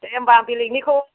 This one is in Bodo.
दे होमबा आं बेलेकनिखौ